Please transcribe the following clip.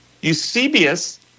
Eusebius